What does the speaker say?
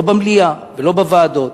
לא במליאה ולא בוועדות,